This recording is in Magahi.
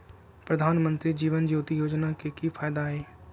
प्रधानमंत्री जीवन ज्योति योजना के की फायदा हई?